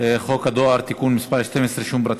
חוק הדואר (תיקון מס' 12) (רישום פרטי